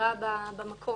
חקירה במקום.